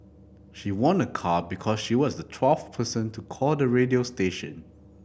she won a car because she was the twelfth person to call the radio station